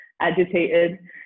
agitated